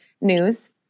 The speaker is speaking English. news